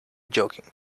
joking